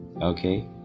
Okay